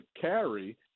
carry